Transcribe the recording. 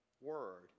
Word